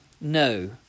No